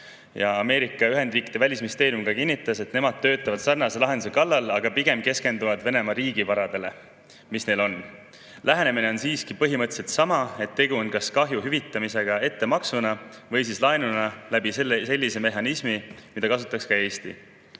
Ameerika Ühendriikide välisministeerium kinnitas, et nemad töötavad sarnase lahenduse kallal, aga pigem keskenduvad Venemaa riigivaradele, mis neil on. Lähenemine on siiski põhimõtteliselt sama, et tegu on kas kahju hüvitamisega ettemaksuna või siis laenuna sellise mehhanismi kaudu, mida kasutaks ka Eesti.